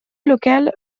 local